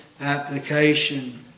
application